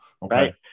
right